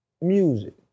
music